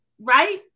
right